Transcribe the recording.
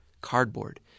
cardboard